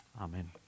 Amen